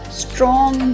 strong